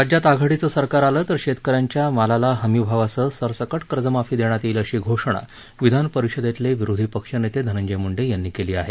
राज्यात आघाडीचं सरकार आलं तर शेतकऱ्यांच्या मालाला हमीभावासह सरसगट कर्जमाफी देण्यात येईल अशी घोषणा विधान परिषदेतले विरोधी पक्षनेते धनंजय मुंडे यांनी केली आहे